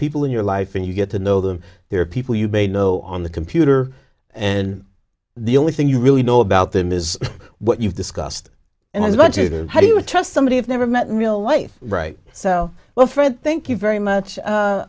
people in your life and you get to know them there are people you know on the computer and the only thing you really know about them is what you've discussed and i want you to how do you trust somebody i've never met in real life right so well fred thank you very much